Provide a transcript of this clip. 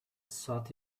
sought